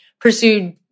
pursued